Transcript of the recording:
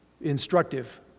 instructive